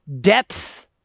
depth